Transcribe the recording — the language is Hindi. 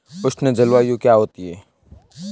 उष्ण जलवायु क्या होती है?